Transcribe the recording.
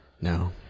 No